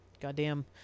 Goddamn